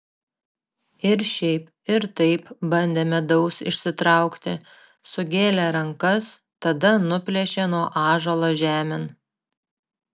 ir šiaip ir taip bandė medaus išsitraukti sugėlė rankas tada nuplėšė nuo ąžuolo žemėn